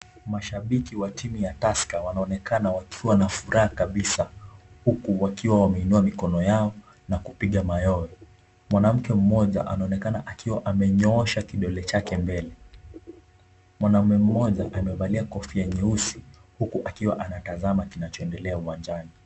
Mashabiki wa timu ya Tusker wanaonekana wakiwa na furaha kabisa, huku wakiwa wameinuwa mikono yao na kupiga mayowe, mwanamke mmoja anaonekana akiwa amenyoosha kidole chake mbele, mwanaume mmoja amevalia kofia nyeusi huku akiwa anatazama kinachoendelea uwanjani.